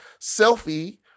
Selfie